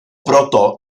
proto